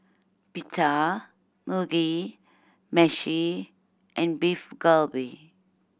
Pita Mugi Meshi and Beef Galbi